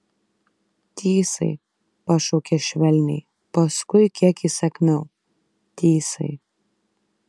tysai pašaukė švelniai paskui kiek įsakmiau tysai